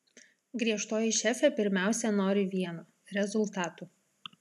griežtoji šefė pirmiausia nori vieno rezultatų